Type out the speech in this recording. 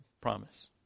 promise